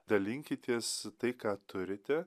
dalinkitės tai ką turite